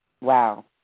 Wow